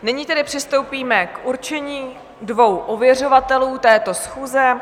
Nyní tedy přistoupíme k určení dvou ověřovatelů této schůze.